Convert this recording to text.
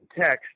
text